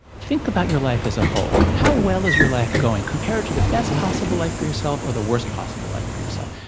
think about your life as a whole. how well is your life going compared to the best possible life for yourself or the worst possible life for yourself?